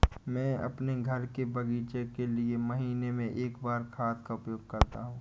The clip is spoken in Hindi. मैं अपने घर के बगीचे के लिए महीने में एक बार खाद का उपयोग करता हूँ